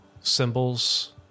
symbols